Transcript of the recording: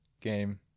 game